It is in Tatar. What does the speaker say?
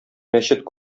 мәчет